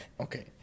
Okay